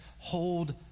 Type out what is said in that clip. hold